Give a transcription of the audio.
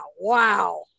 wow